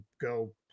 go